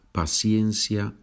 paciencia